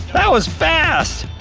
that was fast!